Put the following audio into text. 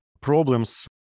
problems